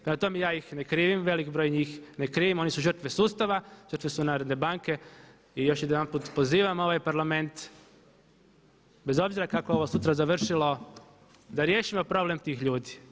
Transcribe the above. Prema tome ja ih ne krivim, velik broj njih ne krivim, oni su žrtve sustava, žrtve su Narodne banke i još jedanput pozivam ovaj Parlament bez obzira kako ovo sutra završilo da riješimo problem tih ljudi.